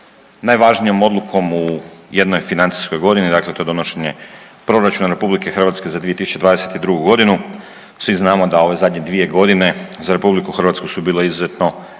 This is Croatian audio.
najvažnijom odlukom u jednoj financijskoj godini, dakle to je donošenje Proračuna Republike Hrvatske za 2022. godinu. Svi znamo da ove zadnje dvije godine za Republiku Hrvatsku su bile izuzetno